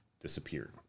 disappeared